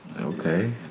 Okay